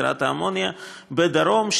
בדרום,